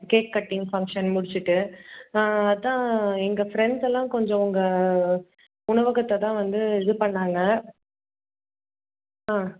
cake cutting function முடிச்சிட்டு அதுதான் எங்கள் ஃப்ரெண்ட்ஸ் எல்லாம் கொஞ்சம் உங்கள் உணவகத்தை தான் வந்து இது பண்ணாங்க ஆ